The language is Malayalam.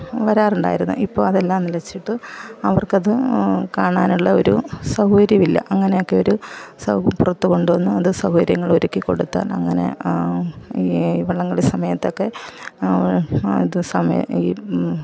പിന്നെ വരാറുണ്ടായിരുന്നു ഇപ്പോൾ അതെല്ലാം നിലച്ചിട്ട് അവർക്കത് കാണാനുള്ള ഒരു സൗകര്യ ഇല്ല അങ്ങനെയൊക്കെ ഒരു സൗ പുറത്ത് കൊണ്ടുവന്ന് സൗകര്യങ്ങളൊരുക്കി കൊടുത്താലങ്ങനെ ഈ വള്ളംകളി സമയത്തൊക്കെ സമയ ഈ